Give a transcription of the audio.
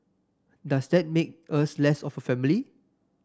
does that make us less of a family